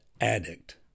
addict